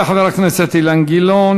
תודה לחבר הכנסת אילן גילאון.